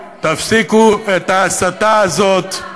תפסיקו את ההסתה הזאת.